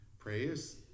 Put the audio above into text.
praise